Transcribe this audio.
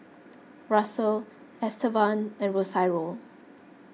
Russel Estevan and Rosario